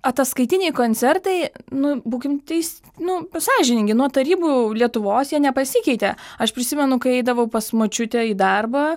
ataskaitiniai koncertai nu būkim teis nu sąžiningi nuo tarybų lietuvos jie nepasikeitė aš prisimenu kai eidavau pas močiutę į darbą